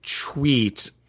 tweet